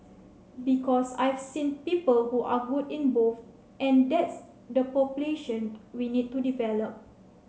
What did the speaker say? because I've seen people who are good in both and that's the population we need to develop